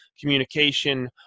communication